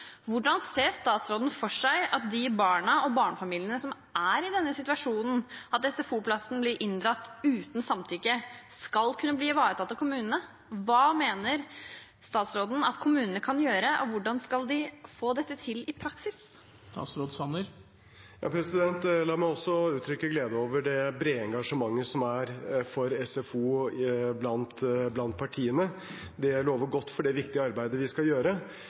Hvordan ser statsråden for seg at de barna og barnefamiliene som er i den situasjonen at SFO-plassen blir inndratt uten samtykke, skal kunne bli ivaretatt av kommunene? Hva mener statsråden at kommunene kan gjøre, og hvordan skal de få dette til i praksis? La meg også uttrykke glede over det brede engasjementet som er for SFO blant partiene. Det lover godt for det viktige arbeidet vi skal gjøre.